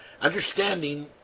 understanding